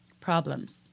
problems